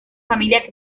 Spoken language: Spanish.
familia